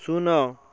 ଶୂନ